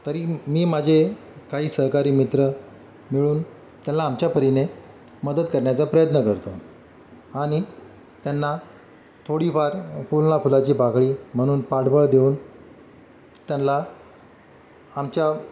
तरी मी माझे काही सहकारी मित्र मिळून त्यांना आमच्या परीने मदत करण्याचा प्रयत्न करतो आणि त्यांना थोडीफार फुल ना फुलाची पाकळी म्हणून पाठबळ देऊन त्यांना आमच्या